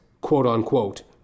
quote-unquote